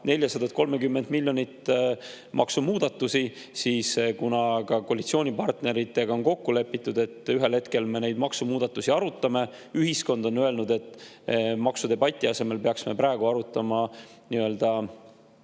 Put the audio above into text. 430 miljonit maksumuudatusi, siis koalitsioonipartneritega on kokku lepitud, et ühel hetkel me neid maksumuudatusi arutame. Ühiskond on öelnud, et maksudebati asemel peaksime praegu arutama pigem